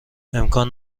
امکان